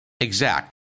exact